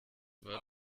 war